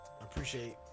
appreciate